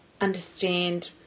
understand